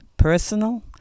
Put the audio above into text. Personal